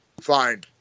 fine